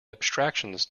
abstractions